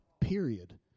period